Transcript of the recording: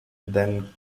then